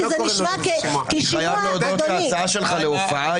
אני חייב להודות שההצעה שלך להופעה,